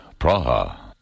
Praha